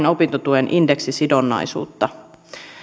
opintotuen indeksisidonnaisuutta